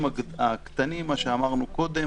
עכשיו גם על מעסיקים קטנים שכן יכולים להמשיך בעבודתם,